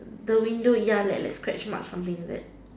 the window ya like like scratch mark something like that